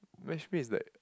matchmake is like